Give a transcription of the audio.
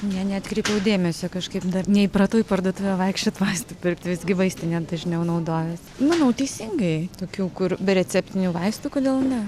ne neatkreipiau dėmesio kažkaip dar neįpratau į parduotuvę vaikščioti vaistų pirkti visgi vaistinė dažniau naudojuosi manau teisingai tokių kur be receptinių vaistų kodėl ne